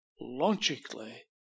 logically